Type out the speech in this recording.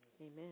Amen